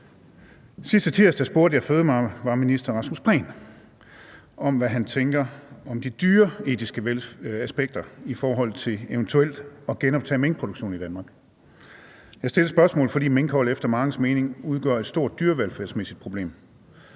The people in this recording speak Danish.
Sidste tirsdag spurgte jeg fødevareministeren om, hvad han tænker om de dyreetiske aspekter i forhold til eventuelt at genoptage minkproduktionen i Danmark. Jeg stillede spørgsmålet, fordi minkhold efter manges mening udgør et stort dyrevelfærdsmæssigt problem